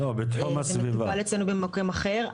זה מטופל אצלנו במקום אחר.